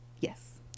Yes